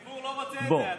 הציבור לא רוצה את זה.